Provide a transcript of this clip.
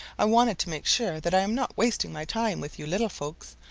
i wanted to make sure that i am not wasting my time with you little folks.